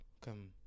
come